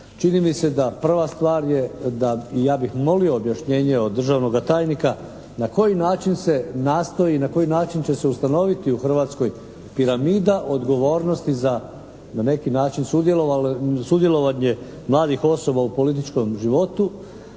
čini mi se da prva stvar je da, ja bih molio objašnjenje od državnoga tajnika na koji način se nastoji, na koji način će se ustanoviti u Hrvatskoj piramida odgovornosti za, na neki način sudjelovanje mladih osoba u političkom životu.